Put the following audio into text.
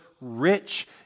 rich